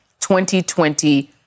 2020